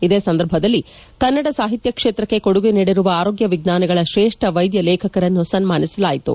ಇದೇ ಸಂದರ್ಭದಲ್ಲಿ ಕನ್ನಡ ಸಾಹಿತ್ಯ ಕ್ಷೇತ್ರಕ್ಕೆ ಕೊಡುಗೆ ನೀಡಿರುವ ಆರೋಗ್ಯ ವಿಜ್ಞಾನಗಳ ಶ್ರೇಷ್ಠ ವೈದ್ಯ ಲೇಖಕರನ್ನು ಸನ್ಮಾನಿಸಲಾಯಿತು